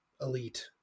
Elite